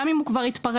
גם אם הוא כבר התפרק,